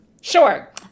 Sure